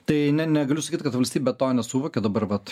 tai ne negaliu sakyt kad valstybė to nesuvokia dabar vat